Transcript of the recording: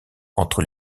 entre